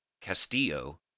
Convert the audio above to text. Castillo